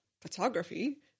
photography